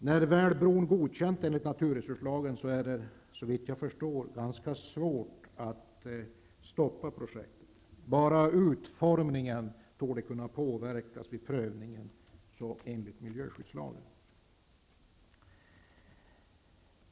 När bron väl godkänts enligt naturresurslagen är det, såvitt jag förstår, ganska svårt att stoppa projektet. Det är bara utformningen som torde kunna påverkas vid prövningen enligt miljöskyddslagen. Herr talman!